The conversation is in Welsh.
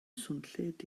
swnllyd